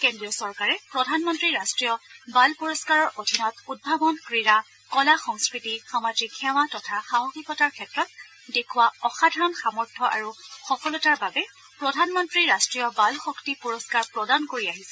কেন্দ্ৰীয় চৰকাৰে প্ৰধানমন্ত্ৰী ৰাষ্ট্ৰীয় বাল পুৰস্থাৰৰ অধীনত উদ্ভাৱন ক্ৰীড়া কলা সংস্বতি সামাজিক সেৱা তথা সাহসিকতাৰ ক্ষেত্ৰত দেখূওৱা অসাধাৰণ সামৰ্থ আৰু সফলতাৰ বাবে প্ৰধানমন্ত্ৰী ৰাষ্ট্ৰীয় বাল শক্তি পুৰস্কাৰ প্ৰদান কৰি আহিছে